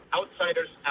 Outsiders